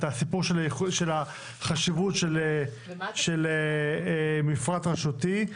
את הסיפור של החשיבות של מפרט רשותי.